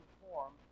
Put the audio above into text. form